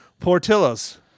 Portillos